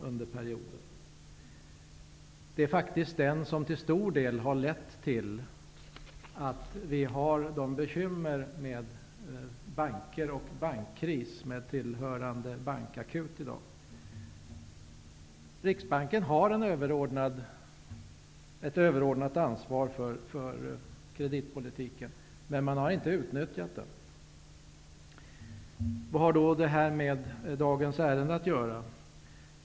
Det är faktiskt den expansionen som till stor del har lett till de bekymmer som i dag finns med bankkriser med tillhörande bankakut. Riksbanken har ett överordnat ansvar för kreditpolitiken, men den har inte utnyttjats. Vad har det med dagens ärende att göra?